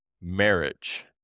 marriage